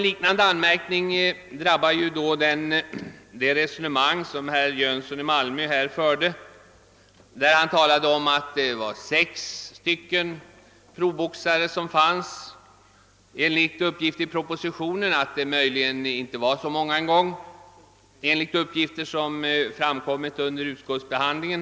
Liknande anmärkning drabbar det resonemang som herr Jönsson i Malmö förde. Han talade om att det fanns sex proffsboxare, enligt uppgifter i propositionen. Möjligen finns det inte så många en gång, enligt vad som framkommit under utskottsbehandlingen.